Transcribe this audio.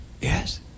Yes